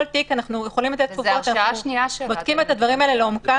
כל תיק אנחנו יכולים --- אנחנו בודקים את הדברים האלה לעומקם.